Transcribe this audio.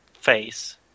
face